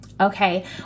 Okay